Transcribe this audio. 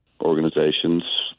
organizations